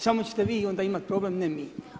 Samo ćete vi onda imati problem, ne mi.